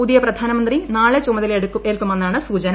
പുതിയ പ്രധാനമന്ത്രി നാളെ ചുമതലയേൽക്കുമെന്നാണ് സൂചന